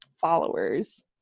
followers